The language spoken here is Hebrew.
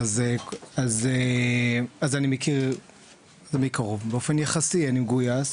אני יחסית מגויס,